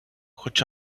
хоч